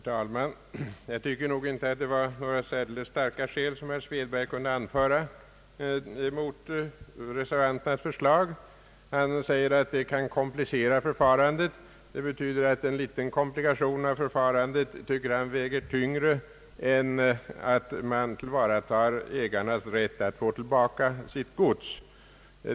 Herr talman! Jag tycker nog inte att det var några särdeles starka skäl som herr Svedberg kunde anföra mot reservanternas förslag. Han säger att det kan komplicera förfarandet. Det betyder att en liten komplikation av förfarandet enligt hans förmenande väger tyngre än det förhållandet att man tillvaratar ägarens rätt att få tillbaka sitt gods.